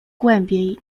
głębiej